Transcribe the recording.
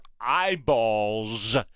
eyeballs